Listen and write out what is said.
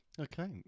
Okay